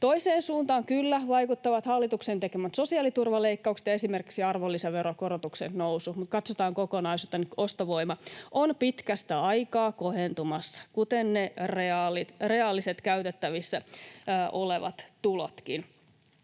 Toiseen suuntaan, kyllä, vaikuttavat hallituksen tekemät sosiaaliturvaleikkaukset ja esimerkiksi arvonlisäveron korotus, mutta kun katsotaan kokonaisuutta, ostovoima on pitkästä aikaa kohentumassa, kuten ne reaaliset, käytettävissä olevat tulotkin.